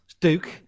Duke